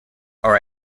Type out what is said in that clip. are